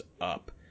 up